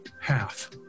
half